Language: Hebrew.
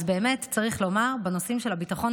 אז באמת צריך לומר שבנושאים של הביטחון